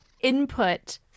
input